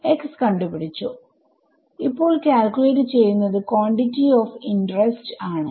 x കണ്ട് പിടിച്ചുഇപ്പോൾ calculate ചെയ്യുന്നത് ക്വാണ്ടിറ്റി ഓഫ് ഇന്റെറെസ്റ്റ് ആണ്